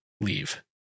leave